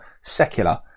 secular